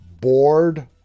bored